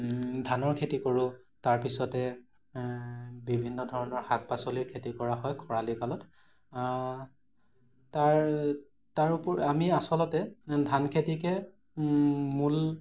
ধানৰ খেতি কৰোঁ তাৰপিছতে বিভিন্ন ধৰণৰ শাক পাচলিৰ খেতি কৰা হয় খৰালি কালত তাৰ তাৰ উপৰি আমি আচলতে ধান খেতিকে মূল